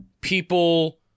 People